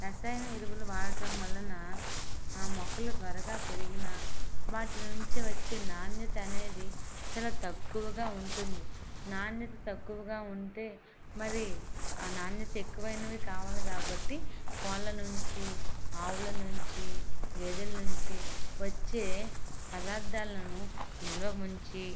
రసాయన ఎరువులు వాడటం వలన ఆ మొక్కలు త్వరగా పెరిగినా వాటి నుంచి వచ్చే నాణ్యత అనేది చాలా తక్కువగా ఉంటుంది నాణ్యత తక్కువగా ఉంటే మరి ఆ నాణ్యత ఎక్కువైనవి కావాలి కాబట్టి కోళ్ళ నుంచి ఆవుల నుంచి గేదెల నుంచి వచ్చే పదార్ధాలను నిల్వ ఉంచి